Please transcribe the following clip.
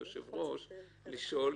רוצה להוסיף